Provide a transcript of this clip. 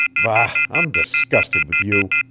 bah! i'm disgusted with you!